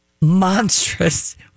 monstrous